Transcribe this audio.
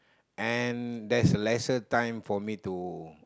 and there's lesser time for me to